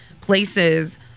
places